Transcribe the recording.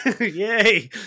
Yay